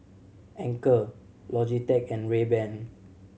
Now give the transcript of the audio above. Anchor Logitech and Rayban